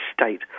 state